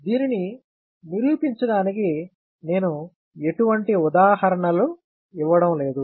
దీనిని నిరూపించడానికి నేను ఎటువంటి ఉదాహరణలు ఇవ్వడం లేదు